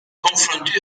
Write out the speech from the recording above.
konfront